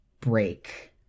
break